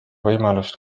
võimalust